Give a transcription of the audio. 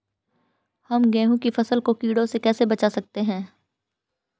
हम गेहूँ की फसल को कीड़ों से कैसे बचा सकते हैं?